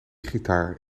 gitaar